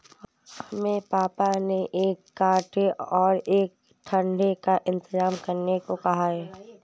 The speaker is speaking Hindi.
हमें पापा ने एक कांटे और एक डंडे का इंतजाम करने को कहा है